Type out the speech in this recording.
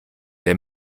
der